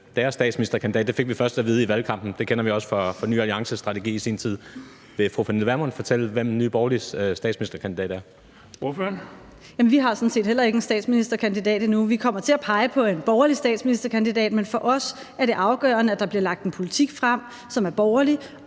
deres statsministerkandidat. Det fik vi først at vide i valgkampen, og det kender vi også fra Ny Alliances strategi i sin tid. Vil fru Pernille fortælle, hvem Nye Borgerliges statsministerkandidat er? Kl. 17:32 Den fg. formand (Erling Bonnesen): Ordføreren. Kl. 17:32 Pernille Vermund (NB): Vi har sådan set heller ikke en statsministerkandidat endnu. Vi kommer til at pege på en borgerlig statsministerkandidat, men for os er det afgørende, at der bliver lagt en politik frem, som er borgerlig,